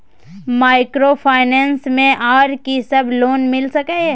Microfinance मे आर की सब लोन मिल सके ये?